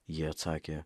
jie atsakė